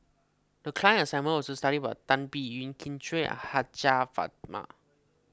the class assignment was to study about Tan Biyun Kin Chui and Hajjah Fatimah